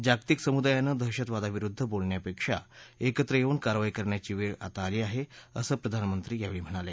जागतिक समुदायानं दहशतवादाविरुद्ध बोलण्यापेक्षा एकत्र येऊन कारवाई करण्याची वेळ आता आली आहे असं प्रधानमंत्री यावेळी म्हणाले